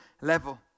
level